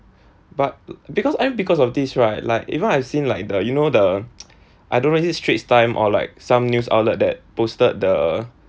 but because I've because of this right like even I've seen like the you know the I don't know is it straits time or like some news outlet that posted the